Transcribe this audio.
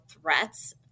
threats